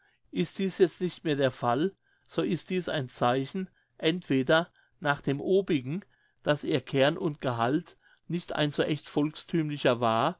ist dies jetzt nicht mehr der fall so ist dies ein zeichen entweder nach dem obigen daß ihr kern und gehalt nicht ein so echt volksthümlicher war